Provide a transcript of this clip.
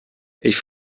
ich